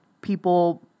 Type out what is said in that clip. people